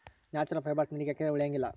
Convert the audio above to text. natural fibres ನೀರಿಗೆ ಹಾಕಿದ್ರೆ ಉಳಿಯಂಗಿಲ್ಲ